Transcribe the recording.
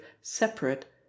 separate